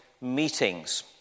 meetings